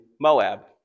Moab